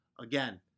Again